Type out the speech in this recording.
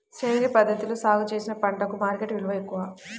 సేంద్రియ పద్ధతిలో సాగు చేసిన పంటలకు మార్కెట్ విలువ ఎక్కువ